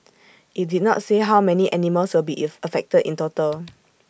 IT did not say how many animals will be affected in total